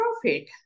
profit